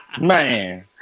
Man